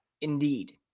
Indeed